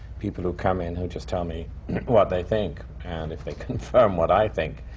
people who come in who just tell me what they think. and if they confirm what i think,